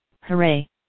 Hooray